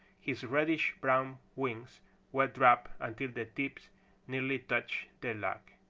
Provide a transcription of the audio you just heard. his reddish-brown wings were dropped until the tips nearly touched the log.